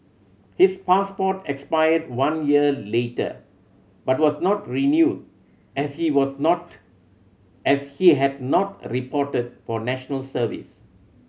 his passport expired one year later but was not renewed as he was not as he had not reported for National Service